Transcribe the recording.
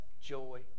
joy